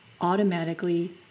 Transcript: automatically